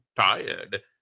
tired